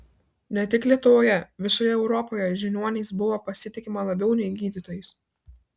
ne tik lietuvoje visoje europoje žiniuoniais buvo pasitikima labiau nei gydytojais